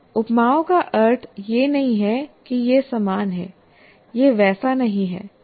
उपमाओं का अर्थ यह नहीं है कि यह समान है ये वैसा नहीं है यह कुछ समान है